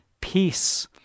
peace